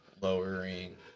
lowering